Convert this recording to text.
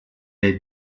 est